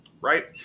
right